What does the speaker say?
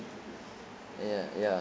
ya ya